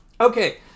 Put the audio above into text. Okay